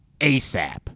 ASAP